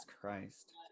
christ